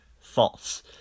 false